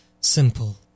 simple